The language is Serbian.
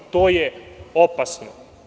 To je opasno.